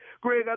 Greg